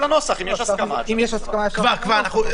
אם יש הסכמה, אפשר להכניס את זה לנוסח.